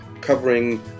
covering